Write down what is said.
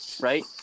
right